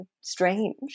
strange